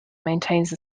maintains